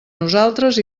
nosaltres